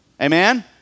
Amen